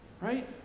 Right